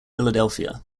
philadelphia